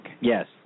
Yes